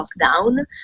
lockdown